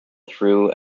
through